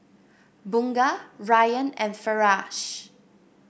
Bunga Ryan and Firash